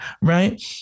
right